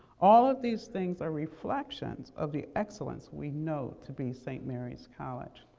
all of these things are reflections of the excellence we know to be st. mary's college.